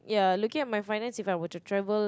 yeah looking at my finance if I were to travel